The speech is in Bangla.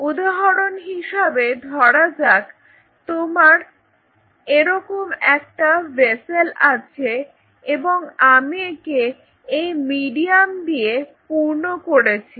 উদাহরণ হিসেবে ধরা যাক তোমার এরকম একটা ভেসেল আছে এবং আমি একে এই মিডিয়াম দিয়ে পূর্ণ করেছি